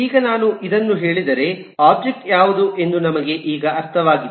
ಈಗ ನಾನು ಇದನ್ನು ಹೇಳಿದರೆ ಒಬ್ಜೆಕ್ಟ್ ಯಾವುದು ಎಂದು ನಮಗೆ ಈಗ ಅರ್ಥವಾಗಿದೆ